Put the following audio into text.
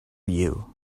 you